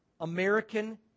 American